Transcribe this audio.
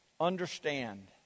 understand